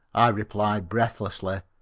i replied breathlessly,